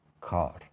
car